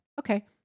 Okay